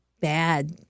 bad